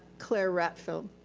claire rattfield.